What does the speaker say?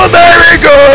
America